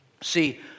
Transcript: See